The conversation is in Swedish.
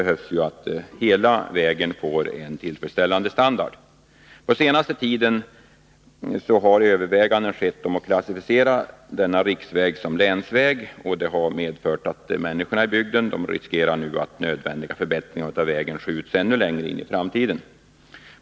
Hela vägen måste få en tillfredsställande standard. Den senaste tidens överväganden om att klassificera denna riksväg som länsväg har medfört att människorna i bygden nu befarar att de nödvändiga förbättringarna av vägen skjuts ännu längre in i framtiden.